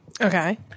Okay